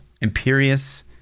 Imperious